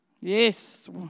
Yes